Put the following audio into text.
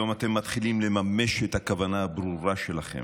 היום אתם מתחילים לממש את הכוונה הברורה שלכם.